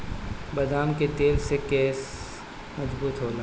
बदाम के तेल से केस मजबूत होला